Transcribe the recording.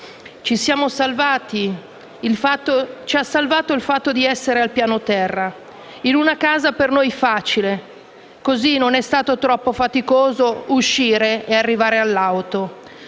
dal letto. Ci ha salvati il fatto di essere al piano terra, in una casa per noi facile: così non è stato troppo faticoso uscire e arrivare all'auto».